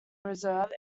reserve